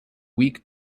weak